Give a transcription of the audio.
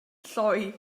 lloi